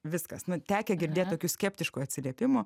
viskas nu tekę girdėt tokių skeptiškų atsiliepimų